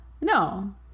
No